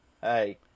Hey